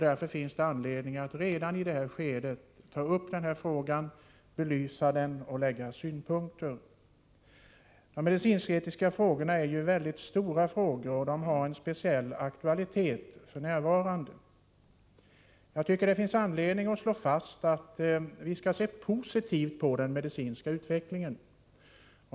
Därför finns det anledning att redan i det här skedet ta upp frågan, belysa den och anlägga synpunkter. De medicinsk-etiska frågorna är väldigt stora och har f.n. en speciell aktualitet. Jag tycker det finns anledning att slå fast att vi skall se positivt på den medicinska utvecklingen.